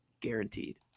guaranteed